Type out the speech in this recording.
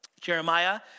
Jeremiah